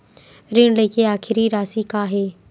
ऋण लेके आखिरी राशि का हे?